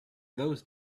those